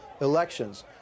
elections